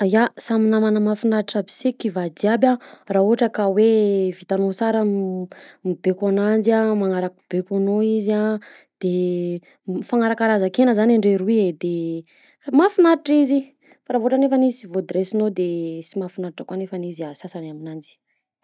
Ya samy namany mafinaritra aby si kiva jiaby a raha ohatra ka hoe vitanao sara mibaiko ananjy a, manaraky baikonao izy a de mifanara karazan-kaina zany andreo roa e de mahafinaritr'izy fa raha vao ohatra nefa izy sy vao dresinao de sy mahafinaritra koa nefa izy sasany aminanjy.